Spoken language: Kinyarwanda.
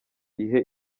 ihe